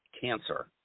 cancer